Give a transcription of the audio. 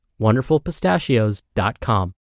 WonderfulPistachios.com